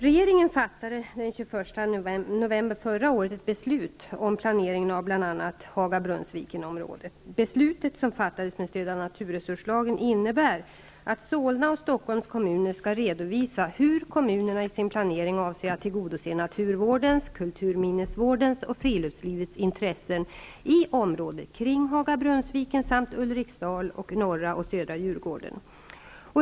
Regeringen fattade den 21 november förra året ett beslut om planeringen av bl.a. Haga--Brunnsvi ken-området. Beslutet, som fattades med stöd av naturresurslagen, innebär att Solna och Stock holms kommuner skall redovisa hur kommunerna i sin planering avser att tillgodose naturvårdens, kulturminnesvårdens och friluftslivets intressen i området kring Haga--Brunnsviken samt Ulriksdal och Norra och Södra Djurgården.